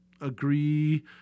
agree